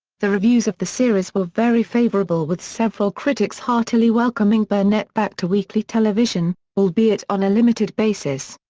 the reviews of the series were very favorable with several critics heartily welcoming burnett back to weekly television, albeit on a limited basis.